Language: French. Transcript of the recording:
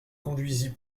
conduisit